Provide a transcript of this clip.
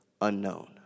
unknown